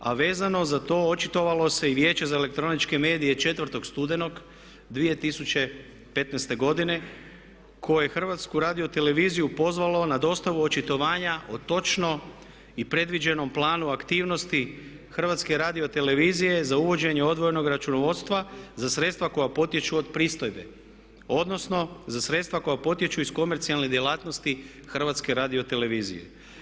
A vezano za to očitovalo se i Vijeće za elektroničke medije 4.studenog 2015.godine koje je HRT pozvalo na dostavu očitovanja o točno i predviđenom planu aktivnosti Hrvatske radiotelevizije za uvođenje odvojenog računovodstva za sredstva koja potječu od pristojbe, odnosno za sredstva koja potječu iz komercijalne djelatnosti Hrvatske radiotelevizije.